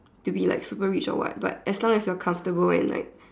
to be like super rich or what but as long as you are comfortable in like